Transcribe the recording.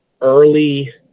early